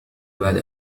بعد